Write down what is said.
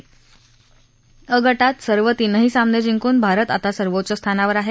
अ गटात सर्व तीनही सामने जिंकून भारत आता सर्वोच्च स्थानावर आहे